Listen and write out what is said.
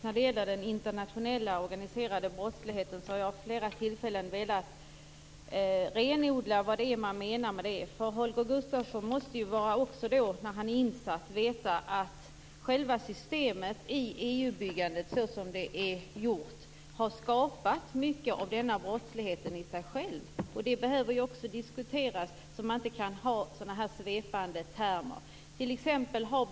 Fru talman! Jag har vid flera tillfällen velat renodla vad man menar med den internationella organiserade brottsligheten. Holger Gustafsson säger att han är insatt i detta. Då måste han också veta att själva systemet i EU-byggandet har skapat mycket av denna brottslighet. Det behöver ju också diskuteras. Därför kan man inte använda dessa svepande termer.